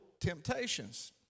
temptations